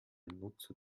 nutzer